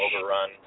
overrun